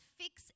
fix